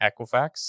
Equifax